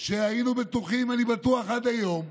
שהיינו בטוחים, אני בטוח עד היום,